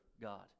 God